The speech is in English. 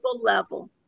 level